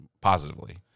positively